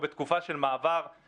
זו כניעה אמיתית אני חושב לאיומי הטרור.